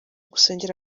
gusengera